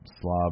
slob